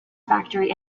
factory